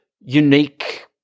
unique